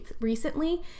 recently